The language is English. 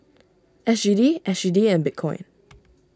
S G D S G D and Bitcoin